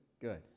good